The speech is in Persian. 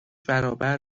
برابر